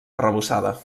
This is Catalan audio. arrebossada